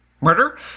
murder